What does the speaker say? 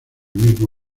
mismo